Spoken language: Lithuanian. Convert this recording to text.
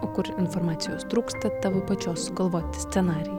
o kur informacijos trūksta tavo pačios sugalvoti scenarijai